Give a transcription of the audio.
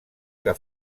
que